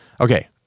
okay